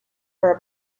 her